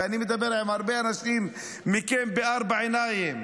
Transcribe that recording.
ואני מדבר עם הרבה מכם בארבע עיניים,